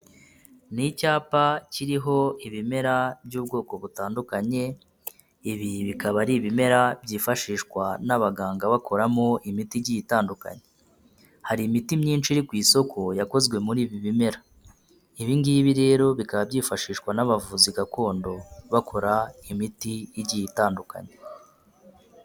Ni icyapa kiriho ibimera by'ubwoko butandukanye, ibi bikaba ari ibimera byifashishwa n'abaganga bakoramo imiti igiye itandukanye, hari imiti myinshi iri ku isoko yakozwe muri ibi bimera, ibi ngibi rero bikaba byifashishwa n'abavuzi gakondo bakora imiti igiye itandukanye.